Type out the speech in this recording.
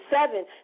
seven